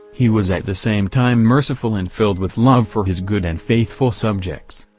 he was at the same time merciful and filled with love for his good and faithful subjects.